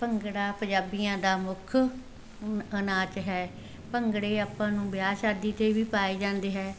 ਭੰਗੜਾ ਪੰਜਾਬੀਆਂ ਦਾ ਮੁੱਖ ਨਾਚ ਹੈ ਭੰਗੜੇ ਆਪਾਂ ਨੂੰ ਵਿਆਹ ਸ਼ਾਦੀ 'ਤੇ ਵੀ ਪਾਏ ਜਾਂਦੇ ਹੈ